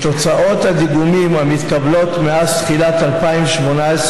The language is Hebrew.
מתוצאות הדיגומים המתקבלות מאז תחילת מאז תחילת 2018,